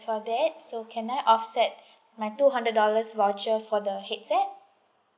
for that so can I offset my two hundred dollars voucher for the headset